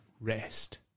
rest